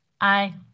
Aye